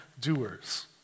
doers